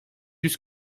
yüz